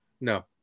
no